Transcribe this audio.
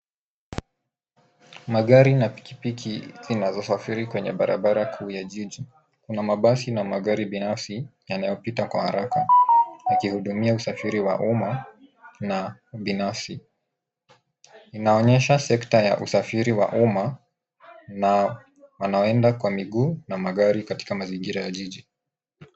Magari na pikipiki inazosafiri kwenye barabara kuu ya jiji, kuna mabasi na magari binafsi yanayopita kwa haraka yakihudumia usafiri wa umma na binafsi. Inaonyesha sekta wa usafiri wa umma na wanaoenda kwa miguu na gari katika mazingira ya jiji.